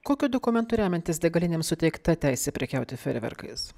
kokiu dokumentu remiantis degalinėms suteikta teisė prekiauti fejerverkais